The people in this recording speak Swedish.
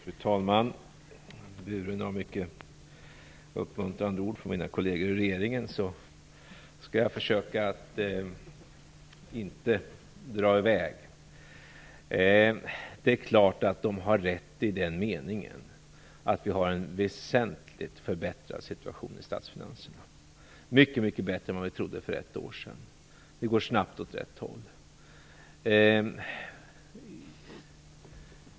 Fru talman! Buren av många uppmuntrande ord från mina kolleger i regeringen skall jag försöka att inte dra i väg. Det är klart att de har rätt i den meningen att vi har en väsentligt förbättrad situation i statsfinanserna. Den är mycket bättre än vad vi trodde för ett år sedan. Det går snabbt åt rätt håll.